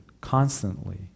constantly